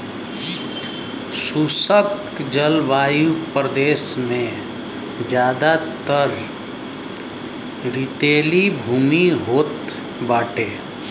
शुष्क जलवायु प्रदेश में जयादातर रेतीली भूमि होत बाटे